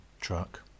truck